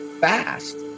fast